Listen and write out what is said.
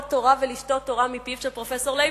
תורה ולשתות תורה מפיו של פרופסור ליבוביץ.